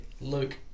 Luke